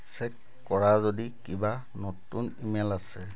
check কৰা যদি কিবা নতুন ইমেইল আছে